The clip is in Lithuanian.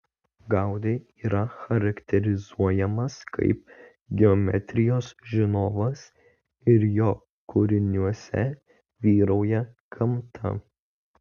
gaudi ypač charakterizuojamas kaip geometrijos žinovas ir jo kūriniuose vyrauja gamta